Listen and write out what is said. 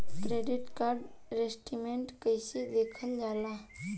Credit card statement कइसे देखल जाला?